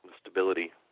stability